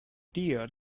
tears